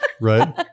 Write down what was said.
right